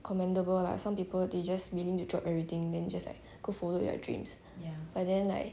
commendable lah some people they just willing to drop everything then just like go follow their dreams and then like